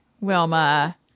Wilma